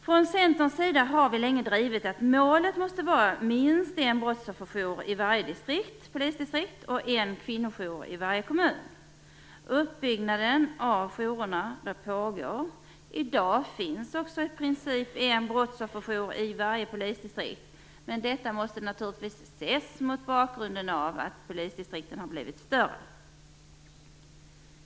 Från Centerns sida har vi länge drivit att målet måste vara minst en brottsofferjour i varje polisdistrikt och en kvinnojour i varje kommun. Uppbyggnaden av jourerna pågår. I dag finns i princip en brottsofferjour i varje polisdistrikt. Detta måste naturligtvis ses mot bakgrunden av att polisdistrikten har blivit större.